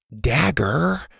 Dagger